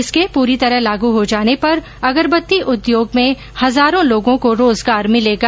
इसके पूरी तरह लागू हो जाने पर अगरबत्ती उद्योग में हजारों लोगों को रोजगार मिलेगा